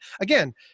again